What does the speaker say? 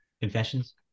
Confessions